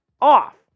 off